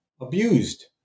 abused